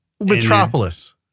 Metropolis